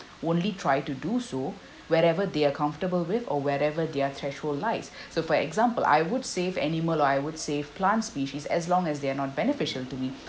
only try to do so wherever they are comfortable with or wherever their threshold lies so for example I would save animal or I would save plant species as long as they are not beneficial to me